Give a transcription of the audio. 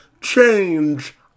change